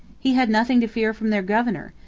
he had nothing to fear from their governor,